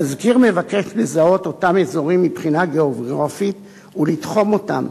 התזכיר מבקש לזהות אותם אזורים מבחינה גיאוגרפית ולתחום אותם,